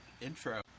intro